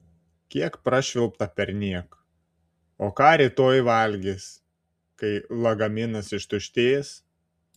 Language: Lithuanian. kiek prašvilpta perniek o ką rytoj valgys kai lagaminas ištuštės